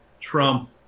Trump